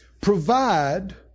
provide